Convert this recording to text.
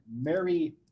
Mary